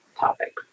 topic